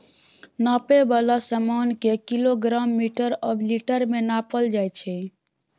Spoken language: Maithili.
नापै बला समान केँ किलोग्राम, मीटर आ लीटर मे नापल जाइ छै